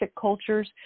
cultures